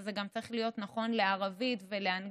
אבל זה גם צריך להיות נכון לערבית ולאנגלית,